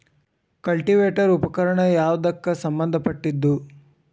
Cultivator ಉಪಕರಣ ಯಾವದಕ್ಕ ಸಂಬಂಧ ಪಟ್ಟಿದ್ದು?